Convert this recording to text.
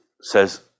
says